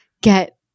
get